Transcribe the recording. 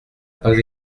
pas